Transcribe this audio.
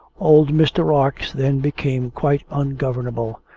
old mr. rarx then became quite ungovernable,